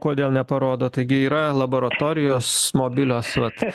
kodėl neparodo taigi yra laboratorijos mobilios vat